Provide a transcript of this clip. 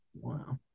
Wow